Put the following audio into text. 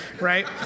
right